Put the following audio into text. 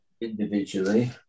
individually